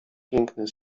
piękny